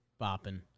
Bopping